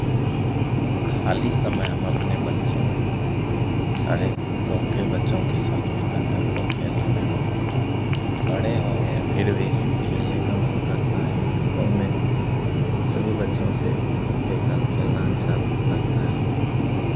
खाली समय हम अपने बच्चों सारे गाँव के बच्चों के साथ बिताते हैं हमको खेलने में बहुत बड़े हो गए हैं फिर भी खेलने का मन करता ही है गाँव में सभी बच्चों से के साथ खेलना अच्छा लगता है